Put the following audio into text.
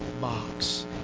box